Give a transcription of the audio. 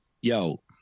yo